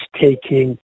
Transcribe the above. taking